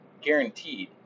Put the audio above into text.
guaranteed